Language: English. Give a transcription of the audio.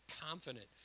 confident